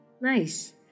Nice